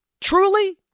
Truly